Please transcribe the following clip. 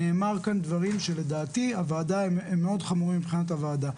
נאמרו כאן דברים שלדעתי הם מאוד חמורים מבחינת הוועדה,